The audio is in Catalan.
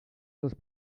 les